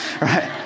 right